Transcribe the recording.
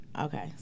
Okay